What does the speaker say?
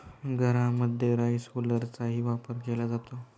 घरांमध्ये राईस हुलरचाही वापर केला जातो